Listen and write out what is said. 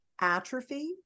atrophy